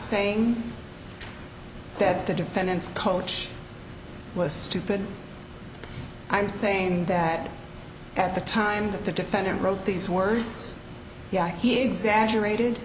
saying that the defendant's coach was stupid but i'm saying that at the time that the defendant wrote these words yeah he exaggerated